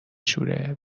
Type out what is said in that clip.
شوره